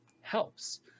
helps